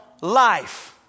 life